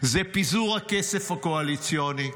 זה פיזור הכסף הקואליציוני,